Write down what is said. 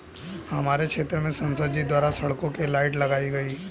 हमारे क्षेत्र में संसद जी द्वारा सड़कों के लाइट लगाई गई